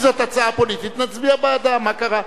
אם זאת הצעה פוליטית, נצביע בעדה, מה קרה.